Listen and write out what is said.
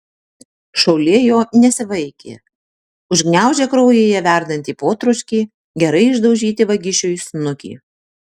šaulė jo nesivaikė užgniaužė kraujyje verdantį potroškį gerai išdaužyti vagišiui snukį